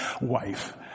WIFE